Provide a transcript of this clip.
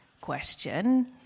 question